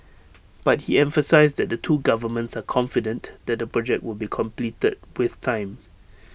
but he emphasised that the two governments are confident that the project will be completed with time